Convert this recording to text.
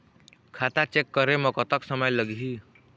खाता चेक करे म कतक समय लगही?